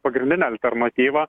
pagrindinė alternatyva